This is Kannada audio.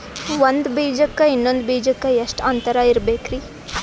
ಒಂದ್ ಬೀಜಕ್ಕ ಇನ್ನೊಂದು ಬೀಜಕ್ಕ ಎಷ್ಟ್ ಅಂತರ ಇರಬೇಕ್ರಿ?